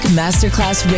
masterclass